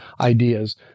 ideas